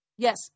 Yes